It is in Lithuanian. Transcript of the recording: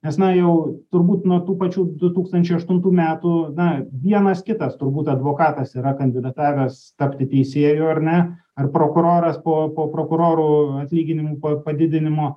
nes na jau turbūt nuo tų pačių du tūkstančiai aštuntų metų na vienas kitas turbūt advokatas yra kandidatavęs tapti teisėju ar ne ar prokuroras po po prokurorų atlyginimų pa padidinimo